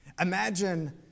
Imagine